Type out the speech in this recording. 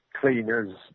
cleaners